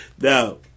Now